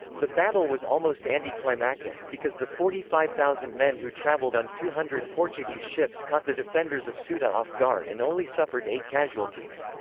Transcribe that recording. the battle was almost anti-climactic, because the forty five thousand men who traveled on two hundred portuguese ships caught the defenders of ceuta off guard and only suffered eight casualties.